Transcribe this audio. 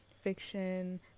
fiction